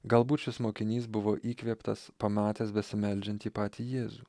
galbūt šis mokinys buvo įkvėptas pamatęs besimeldžiantį patį jėzų